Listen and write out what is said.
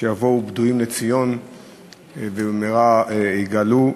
שיבואו פדויים לציון ובמהרה ייגאלו.